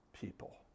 people